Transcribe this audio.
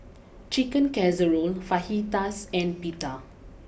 Chicken Casserole Fajitas and Pita